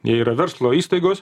jie yra verslo įstaigos